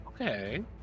Okay